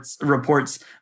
reports